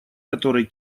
которой